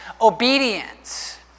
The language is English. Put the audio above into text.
obedience